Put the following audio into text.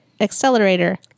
accelerator